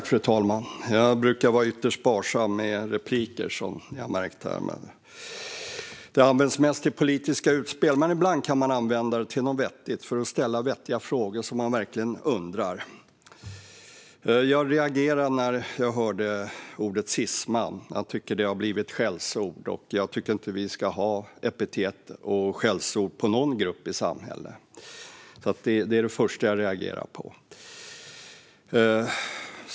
Fru talman! Jag brukar vara ytterst sparsam med repliker, som ni har märkt. De används mest till politiska utspel. Men ibland kan man använda dem till något vettigt, som att ställa vettiga frågor som man verkligen undrar över. Jag reagerade när jag hörde ordet cisman. Jag tycker att det har blivit ett skällsord, och jag tycker inte att vi ska ha epitet på och skällsord mot någon grupp i samhället. Det var det första jag reagerade på.